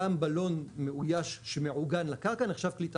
גם בלון מאויש שמעוגן לקרקע נחשב כלי טיס.